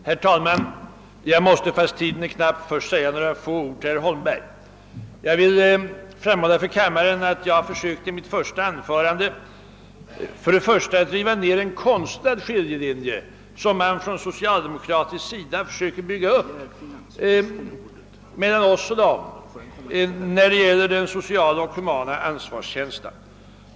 Herr talman! Jag måste, fastän tiden är knapp, först säga några ord till herr Holmberg. I mitt inledande anförande försökte jag för det första riva ned en konstlad skiljemur som man på socialdemokratisk sida försöker bygga upp mellan oss och socialdemokraterna när det gäl ler den sociala och humanitära ansvarskänslan.